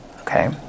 okay